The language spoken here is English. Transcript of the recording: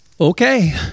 Okay